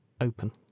open